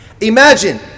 Imagine